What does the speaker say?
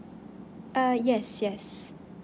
err yes yes